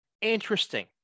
Interesting